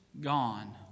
gone